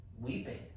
weeping